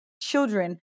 children